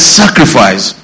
sacrifice